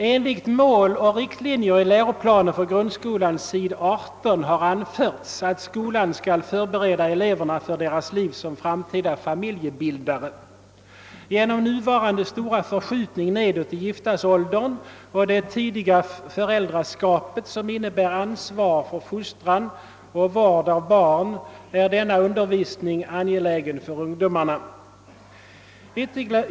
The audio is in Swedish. »Enligt mål och riktlinjer i läroplanen för grundskolan s. 18 har anförts att skolan skall förbereda eleverna för deras liv som framtida familjebildare. Genom nuvarande stora förskjutningar nedåt i giftasåldern och det tidiga föräldraskapet som innebär ansvar för fostran och vård av barn är denna undervisning angelägen för ungdomarna.